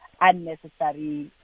unnecessary